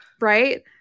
Right